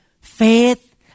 faith